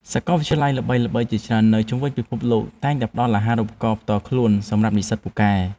សាកលវិទ្យាល័យល្បីៗជាច្រើននៅជុំវិញពិភពលោកតែងតែផ្តល់អាហារូបករណ៍ផ្ទាល់ខ្លួនសម្រាប់និស្សិតពូកែ។